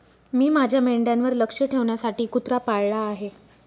मी माझ्या मेंढ्यांवर लक्ष ठेवण्यासाठी कुत्रा पाळला आहे